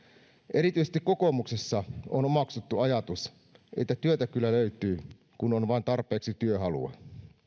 erityisesti kokoomuksessa on omaksuttu ajatus että työtä kyllä löytyy kun on vain tarpeeksi työhalua